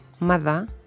mother